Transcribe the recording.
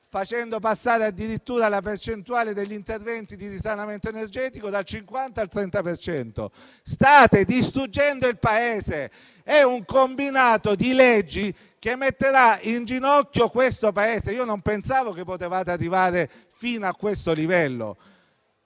facendo passare addirittura la percentuale degli interventi di risanamento energetico dal 50 al 30 per cento. State distruggendo il Paese: è un combinato di leggi che metterà in ginocchio il Paese. Non pensavo che sareste potuti arrivare fino a questo livello.